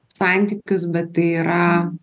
santykius bet tai yra